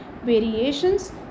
variations